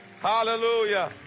hallelujah